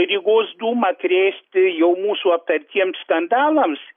rygos dūmą krėsti jau mūsų aptartiems skandalams